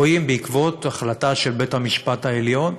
ואם בעקבות החלטה של בית-המשפט העליון.